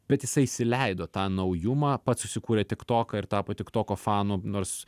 bet jisai įsileido tą naujumą pats susikūrė tiktoką ir tapo tiktoko fanu nors